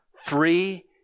three